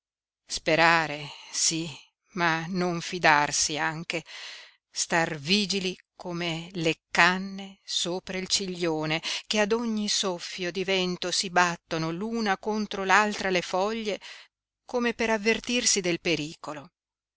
sperare sí ma non fidarsi anche star vigili come le canne sopra il ciglione che ad ogni soffio di vento si battono l'una contro l'altra le foglie come per avvertirsi del pericolo